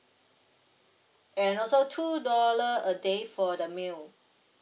and also two dollar a day for the meal